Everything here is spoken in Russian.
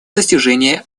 достижения